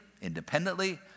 independently